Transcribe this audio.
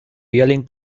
yelling